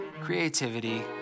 creativity